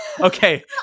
Okay